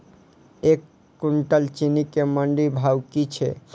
एक कुनटल चीनी केँ मंडी भाउ की छै?